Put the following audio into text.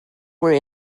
were